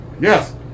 Yes